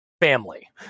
family